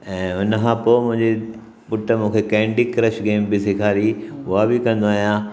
ऐं हुन खां पोइ मुंहिंजे पुटु मूंखे कैंडी क्रश गेम बि सेखारी उहा बि कंदो आहियां